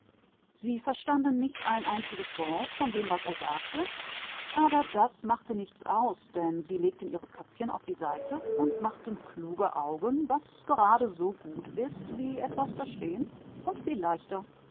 sie verstanden kein wort von dem was er sagte aber das tat nichts denn sie neigten den kopf zur seite und sahen klug aus und das ist ebensogut wie etwas verstehen und viel